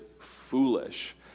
foolish